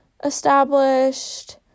established